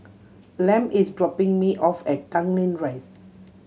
Lem is dropping me off at Tanglin Rise